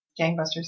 gangbusters